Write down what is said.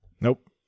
Nope